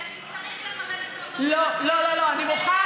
אלא כי צריך לכבד את המקום, לא, לא, אני מוחה.